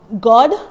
God